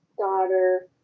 daughter